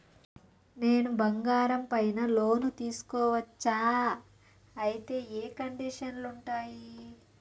నేను బంగారం పైన లోను తీసుకోవచ్చా? అయితే ఏ కండిషన్లు ఉంటాయి?